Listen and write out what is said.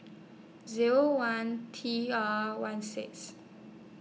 Zero one T R one six